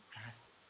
trust